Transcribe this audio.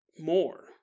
more